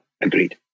Agreed